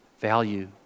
value